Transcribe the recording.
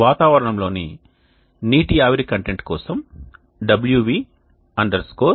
వాతావరణంలోని నీటి ఆవిరి కంటెంట్ కోసం wv India